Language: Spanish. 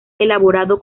elaborado